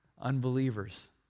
Unbelievers